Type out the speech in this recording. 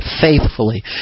Faithfully